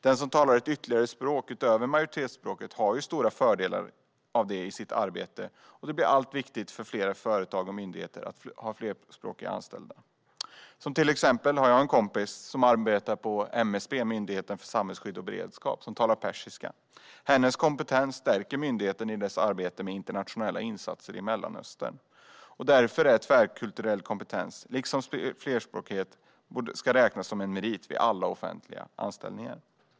Den som talar ett ytterligare språk utöver majoritetsspråket har stora fördelar av det i sitt arbete, och det blir allt viktigare för företag och myndigheter att ha flerspråkiga anställda. Som exempel har jag en kompis som arbetar på MSB, Myndigheten för samhällsskydd och beredskap, som talar persiska. Hennes kompetens stärker myndigheten i dess arbete med internationella insatser i Mellanöstern. Därför ska tvärkulturell kompetens liksom flerspråkighet räknas som meriter vid alla offentliga anställningar.